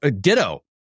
Ditto